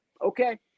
okay